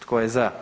Tko je za?